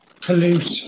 pollute